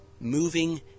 moving